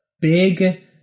big